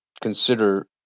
consider